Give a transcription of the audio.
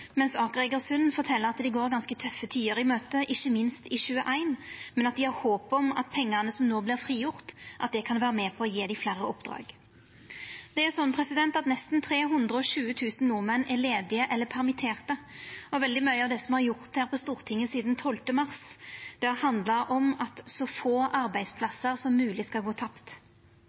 mens Aker Egersund fortel at dei går ganske tøffe tider i møte – ikkje minst i 2021 – men at dei har håp om at pengane som no vert frigjorde, kan vera med på å gje dei fleire oppdrag. Nesten 320 000 nordmenn er ledige eller permitterte, og veldig mykje av det me har gjort her på Stortinget sidan 12. mars, har handla om at så få arbeidsplassar som mogeleg skal gå tapt.